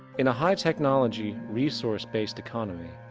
in a high technology, resourced based economy,